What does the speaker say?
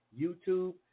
YouTube